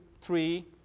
three